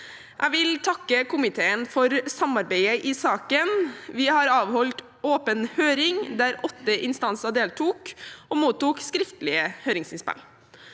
Jeg vil takke komiteen for samarbeidet i saken. Vi har avholdt en åpen høring der åtte instanser deltok og har mottatt skriftlige høringsinnspill.